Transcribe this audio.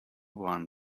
one